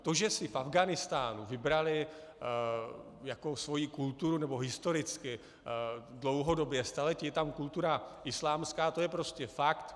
To, že si v Afghánistánu vybrali jako svoji kulturu nebo historicky, dlouhodobě, staletí je tam kultura islámská, to je prostě fakt.